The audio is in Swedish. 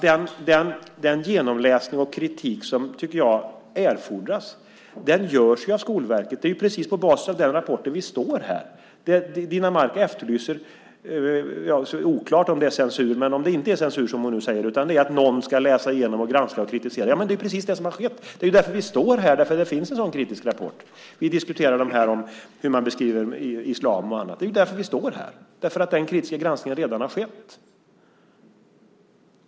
Den genomläsning och kritik som jag tycker erfordras görs ju av Skolverket. Det är ju precis på basis av den rapporten som vi står här. Det är oklart om det är censur som Rossana Dinamarca efterlyser. Men om det inte är censur, vilket hon säger, utan att det är att någon ska läsa igenom, granska och kritisera, så är det ju precis det som har skett, och det är därför som vi står här, därför att det finns en sådan kritisk rapport. Vi diskuterar hur man beskriver islam och annat. Det är ju därför som vi står här, därför att den kritiska granskningen redan har skett.